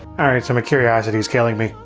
alright so my curiosity is killing me.